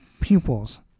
pupils